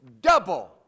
double